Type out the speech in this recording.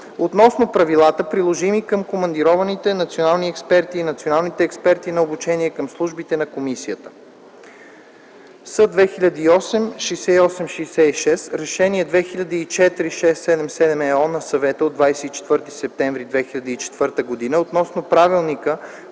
относно правилата, приложими към командированите национални експерти и националните експерти на обучение към службите на Комисията (С (2008) 6866), Решение 2004/677/EО на Съвета от 24 септември 2004 г. относно Правилника,